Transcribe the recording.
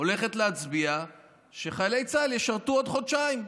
הולכת להצביע שחיילי צה"ל ישרתו עוד חודשיים,